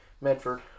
Medford